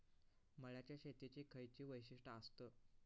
मळ्याच्या शेतीची खयची वैशिष्ठ आसत?